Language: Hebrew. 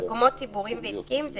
מקומות ציבוריים ועסקיים,